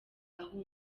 aho